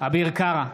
אביר קארה,